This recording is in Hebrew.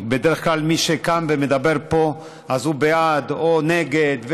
כי בדרך כלל מי שכאן ומדבר פה אז הוא בעד או נגד,